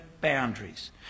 boundaries